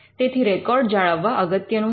તેથી રેકોર્ડ જાળવવા અગત્યનું છે